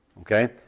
okay